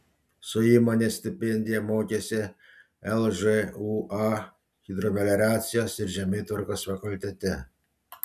su įmonės stipendija mokėsi lžūa hidromelioracijos ir žemėtvarkos fakultete